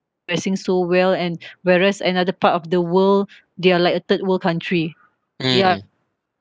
dressing so well and whereas another part of the world they are like a third world country ya